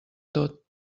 tot